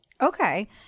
Okay